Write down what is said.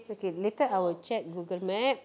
okay later I will check Google map